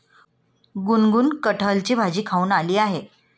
गुनगुन कठहलची भाजी खाऊन आली आहे